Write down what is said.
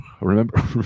remember